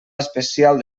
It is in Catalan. especial